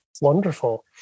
Wonderful